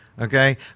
Okay